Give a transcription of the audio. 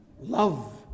Love